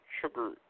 Sugar